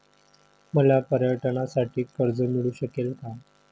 मला पर्यटनासाठी कर्ज मिळू शकेल का?